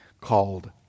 called